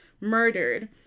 murdered